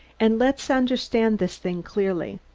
and let's understand this thing clearly.